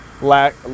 lack